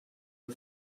her